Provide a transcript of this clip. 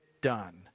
done